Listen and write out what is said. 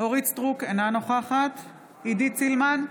אורית מלכה סטרוק, אינה נוכחת עידית סילמן,